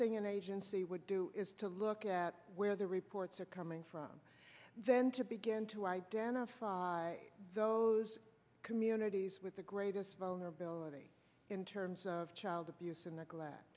thing an agency would do is to look at where the reports are coming from then to begin to identify those communities with the greatest vulnerability in terms of child abuse and neglect